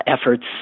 efforts